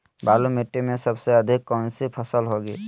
बालू मिट्टी में सबसे अधिक कौन सी फसल होगी?